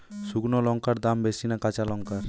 শুক্নো লঙ্কার দাম বেশি না কাঁচা লঙ্কার?